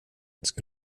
ska